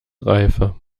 reife